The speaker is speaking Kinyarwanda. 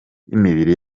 imibiri